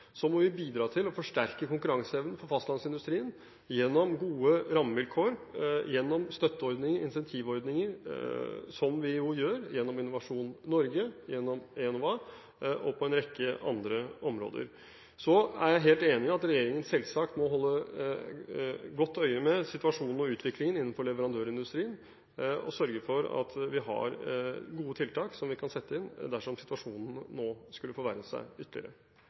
Så må vi bidra til å forsterke konkurranseevnen for fastlandsindustrien gjennom gode rammevilkår, gjennom støtteordninger og incentivordninger, som vi jo gjør, gjennom Innovasjon Norge, gjennom Enova og på en rekke andre områder. Jeg er helt enig i at regjeringen selvsagt må holde godt øye med situasjonen og utviklingen innenfor leverandørindustrien og sørge for at vi har gode tiltak som vi kan sette inn dersom situasjonen nå skulle forverre seg ytterligere.